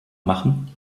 machen